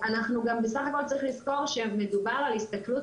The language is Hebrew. בסך הכל צריך גם לזכור שמדובר על הסתכלות